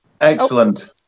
Excellent